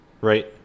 Right